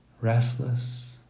restless